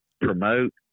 promote